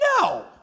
No